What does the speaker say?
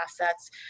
assets